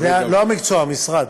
לא המקצוע, המשרד.